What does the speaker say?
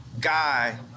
guy